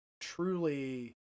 truly